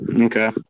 Okay